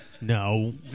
No